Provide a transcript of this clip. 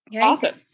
Awesome